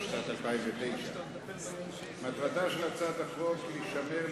התשס"ט 2009. מטרתה של הצעת החוק לשמר,